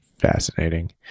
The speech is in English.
fascinating